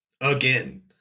again